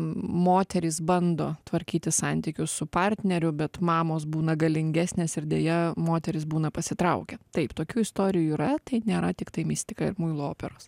moterys bando tvarkyti santykius su partneriu bet mamos būna galingesnės ir deja moterys būna pasitraukia taip tokių istorijų yra tai nėra tiktai mistika ir muilo operos